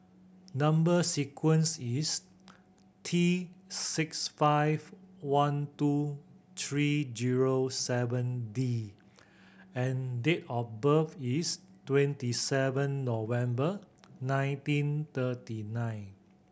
number sequence is T six five one two three zero seven D and date of birth is twenty seven November nineteen thirty nine